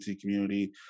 community